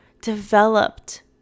developed